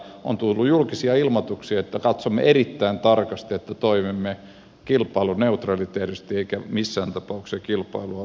on tullut julkisia ilmoituksia että katsomme erittäin tarkasti että toimimme kilpailuneutraalisti emmekä missään tapauksessa kilpailua vääristävästi